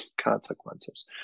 consequences